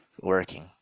working